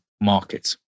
markets